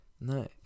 no